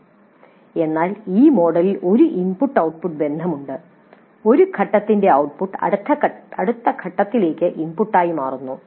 അതിനാൽ ഈ മോഡലിൽ ഒരു ഇൻപുട്ട് ഔട്ട്പുട്ട് ബന്ധം ഉണ്ട് ഒരു ഘട്ടത്തിന്റെ ഔട്ട്പുട്ട് അടുത്ത ഘട്ടത്തിലേക്ക് ഇൻപുട്ടായി മാറുന്നു